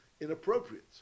inappropriate